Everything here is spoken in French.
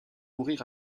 mourir